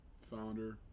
founder